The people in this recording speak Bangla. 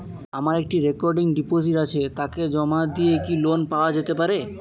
আমার একটি রেকরিং ডিপোজিট আছে তাকে জমা দিয়ে কি লোন পাওয়া যেতে পারে?